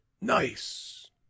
nice